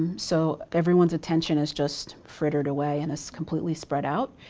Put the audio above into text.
so, everyone's attention is just frittered away and it's completely spread out.